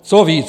Co víc?